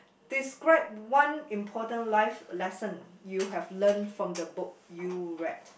describe one important life lesson you have learnt from the book you read